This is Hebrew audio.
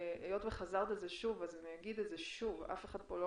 היות וחזרת על זה שוב אני אגיד את זה שוב: אף אחד פה לא